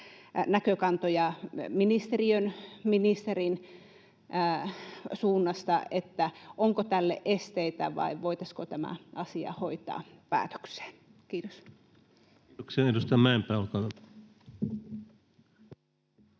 näkökantoja ministeriön, ministerin suunnasta, että onko tälle esteitä vai voitaisiinko tämä asia hoitaa päätökseen. — Kiitos. Kiitoksia.